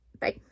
Bye